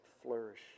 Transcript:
flourish